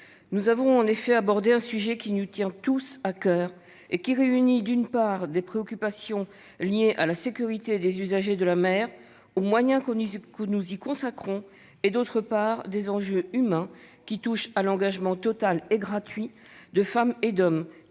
Nous avons abordé un sujet qui nous tient tous à coeur et qui réunit, d'une part, des préoccupations liées à la sécurité des usagers de la mer, aux moyens que nous y consacrons et, d'autre part, des enjeux humains qui touchent à l'engagement total et gratuit de femmes et d'hommes